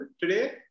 today